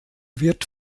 wird